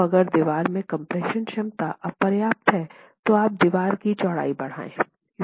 तो अगर दीवार की कम्प्रेशन क्षमता अपर्याप्त है तो आप दीवार की चौड़ाई बढ़ाएं